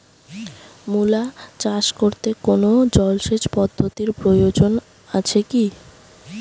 মূলা চাষ করতে কোনো জলসেচ পদ্ধতির প্রয়োজন আছে কী?